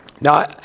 Now